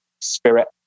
spirit